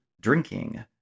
drinking